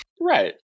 Right